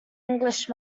english